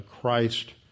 Christ